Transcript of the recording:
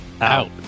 out